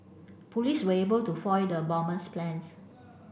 police were able to foil the bomber's plans